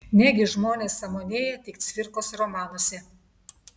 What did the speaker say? negi žmonės sąmonėja tik cvirkos romanuose